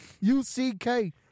U-C-K